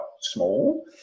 small